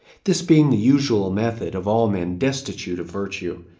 this being the usual method of all men destitute of virtue,